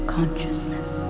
Consciousness